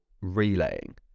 relaying